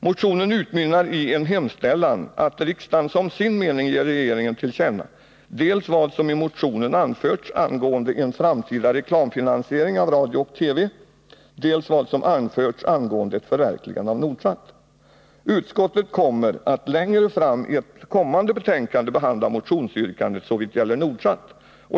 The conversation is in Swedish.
Motionen utmynnar i en hemställan att riksdagen som sin mening ger regeringen till känna dels vad som i motionen anförts angående en framtida reklamfinansiering av radio och TV, dels vad som anförts angående ett förverkligande av Nordsat. Utskottet kommer att längre fram, i ett senare betänkande, behandla motionsyrkandet såvitt gäller Nordsat.